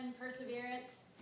perseverance